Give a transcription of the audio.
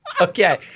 Okay